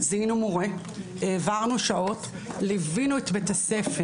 זיהינו מורה, העברנו שעות, ליווינו את בית הספר.